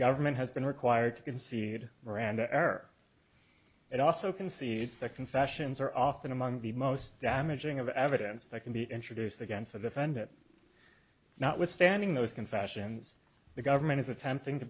government has been required to concede miranda error it also concedes that confessions are often among the most damaging of evidence that can be introduced against the defendant notwithstanding those confessions the government is attempting to